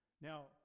Now